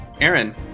Aaron